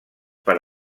per